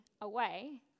away